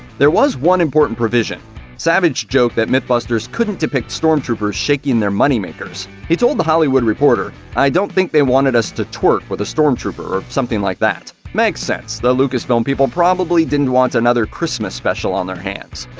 there was one important provision savage joked that mythbusters couldn't depict stormtroopers shaking their money-makers. he told the hollywood reporter i don't think they wanted us to twerk with a stormtrooper or something like that. makes sense. the lucasfilm people probably didn't want another christmas special on their hands.